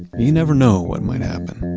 you never know what might happen